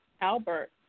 Albert